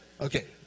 Okay